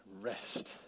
rest